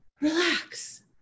relax